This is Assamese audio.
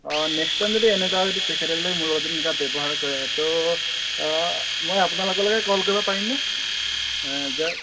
অঁ নেক্সট টাইম যদি এনেকুৱা যদি তেখেতে যদি মোৰ লগত যদি এনেকুৱা ব্যৱহাৰ কৰে তো মই আপোনালোকলৈকে কল কৰিব পাৰিমনে যে